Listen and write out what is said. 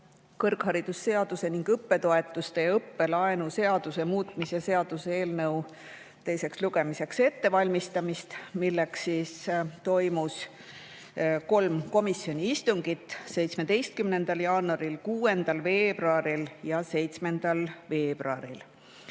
kõrgharidusseaduse ning õppetoetuste ja õppelaenu seaduse muutmise seaduse eelnõu teiseks lugemiseks ettevalmistamist, milleks toimus kolm komisjoni istungit: 17. jaanuaril, 6. veebruaril ja 7. veebruaril.